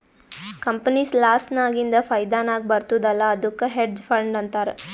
company loss ನಾಗಿಂದ್ ಫೈದಾ ನಾಗ್ ಬರ್ತುದ್ ಅಲ್ಲಾ ಅದ್ದುಕ್ ಹೆಡ್ಜ್ ಫಂಡ್ ಅಂತಾರ್